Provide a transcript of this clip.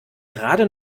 gerade